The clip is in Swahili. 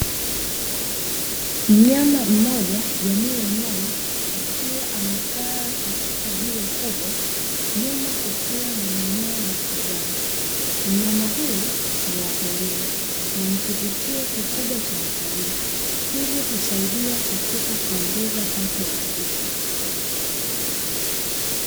Mnyama mmoja jamii ya nyani, akiwa amekaa katika jiwe kubwa, nyuma kukiwa na mimea ya kijani. Mnyama huyu ni waporini na ni kivutio kikubwa cha watalii. Hivyo husaidia katika kuongeza pato la taifa.